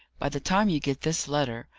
by the time you get this letter,